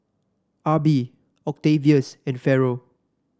Arbie Octavius and Ferrell